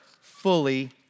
fully